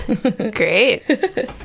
Great